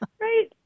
Right